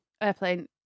Airplane